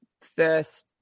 first